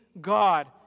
God